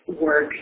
work